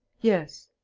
yes.